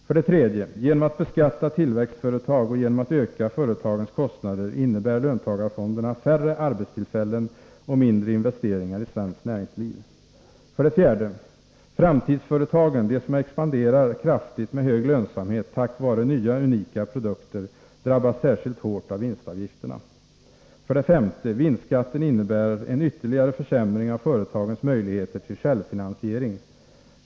För det tredje: Genom att beskatta tillväxtföretag och genom att öka företagens kostnader innebär löntagarfonderna färre arbetstillfällen och mindre investeringar i svenskt näringsliv. För det fjärde drabbas framtidsföretagen, de som expanderar kraftigt med hög lönsamhet tack vare nya unika produkter, särskilt hårt av vinstavgifterna. För det femte innebär vinstskatten en ytterligare försämring av företagens möjligheter till självfinansiering.